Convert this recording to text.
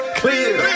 clear